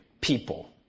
people